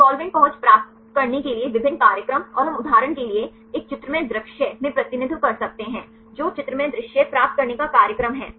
solvent पहुंच प्राप्त करने के लिए विभिन्न कार्यक्रम और हम उदाहरण के लिए एक चित्रमय दृश्य में प्रतिनिधित्व कर सकते हैं जो चित्रमय दृश्य प्राप्त करने का कार्यक्रम है